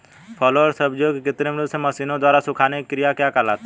फलों एवं सब्जियों के कृत्रिम रूप से मशीनों द्वारा सुखाने की क्रिया क्या कहलाती है?